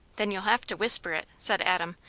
then you'll have to whisper it, said adam,